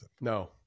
No